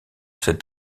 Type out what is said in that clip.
cet